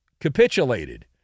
capitulated